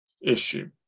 issue